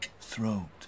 Throat